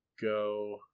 go